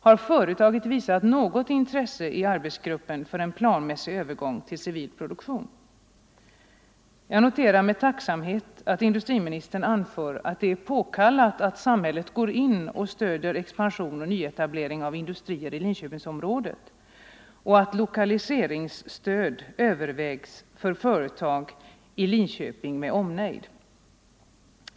Har företaget visat något intresse i arbetsgruppen för en planmässig övergång till civil produktion? Jag noterar med tacksamhet att industriministern anför att det är påkallat att samhället går in och stöder expansion och nyetablering av industrier i Linköpingsområdet och att lokaliseringsstöd övervägs för företag i Linköping med omnejd.